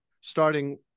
starting